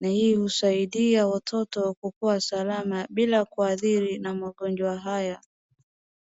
Na hii husaidia watoto kukuwa salama bila kuadhiri na magonjwa haya.